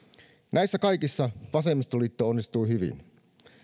näissä kaikissa vasemmistoliitto onnistui hyvin